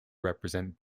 represent